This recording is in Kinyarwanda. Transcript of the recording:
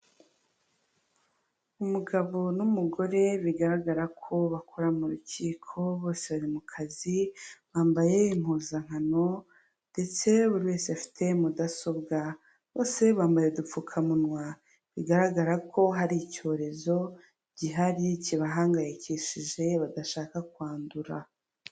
Umugabo n'umugore bigaragara ko bakora mu rukiko, bose bari mu kazi. Bambaye impuzankano ndetse buri wese afite mudasobwa; bose bambaye udupfukamunwa, bigaragara ko hari icyorezo gihari kibahangayikishije badashaka kwandura.